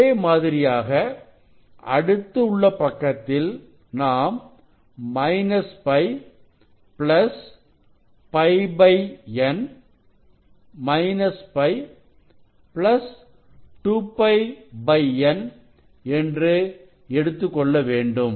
இதே மாதிரியாக அடுத்த உள்ள பக்கத்தில் நாம் π πN π 2πN என்று எடுத்துக் கொள்ள வேண்டும்